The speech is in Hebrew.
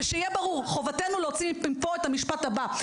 ושיהיה ברור מחובתנו להוציא מפה את המשפט הבא,